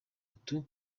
atanu